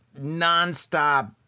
nonstop